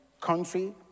country